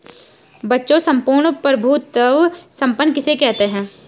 बच्चों सम्पूर्ण प्रभुत्व संपन्न किसे कहते हैं?